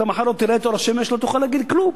ומחר לא תראה את אור השמש ולא תוכל להגיד כלום.